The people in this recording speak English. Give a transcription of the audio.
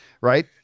right